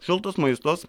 šiltas maistas